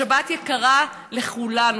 השבת יקרה לכולנו.